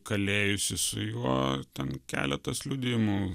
kalėjusių su juo ten keletas liudijimų